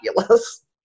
fabulous